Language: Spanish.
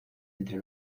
entre